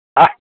હા